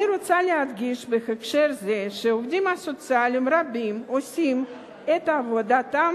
אני רוצה להדגיש בהקשר זה שעובדים סוציאליים רבים עושים את עבודתם